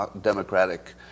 democratic